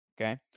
Okay